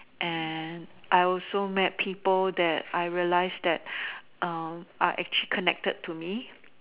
and I also met people that I realise that um are actually connected to me